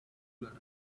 learn